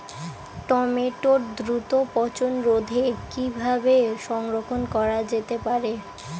টমেটোর দ্রুত পচনরোধে কিভাবে সংরক্ষণ করা যেতে পারে?